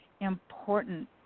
important